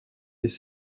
des